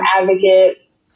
advocates